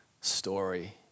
story